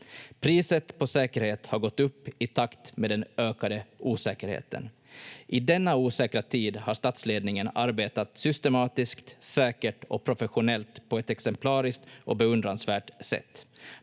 Priset på säkerhet har gått upp i takt med den ökade osäkerheten. I denna osäkra tid har statsledningen arbetat systematiskt, säkert och professionellt på ett exemplariskt och beundransvärt sätt.